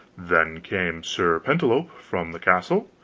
then came sir pertolope from the castle,